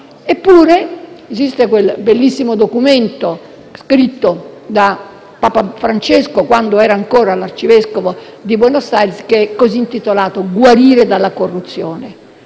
Esiste quel bellissimo documento, scritto da Papa Francesco quando era ancora l'Arcivescovo di Buenos Aires, intitolato: «Guarire dalla corruzione».